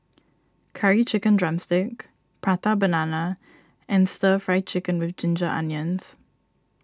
Curry Chicken Drumstick Prata Banana and Stir Fry Chicken with Ginger Onions